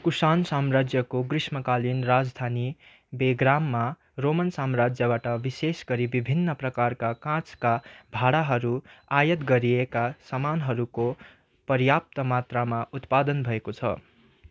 कुसान साम्राज्यको ग्रीष्मकालीन राजधानी बेग्राममा रोमन साम्राज्यबाट विशेष गरी विभिन्न प्रकारका काँचका भाँडाहरू आयात गरिएका सामानहरूको पर्याप्त मात्रामा उत्पादन भएको छ